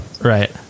Right